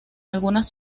algunas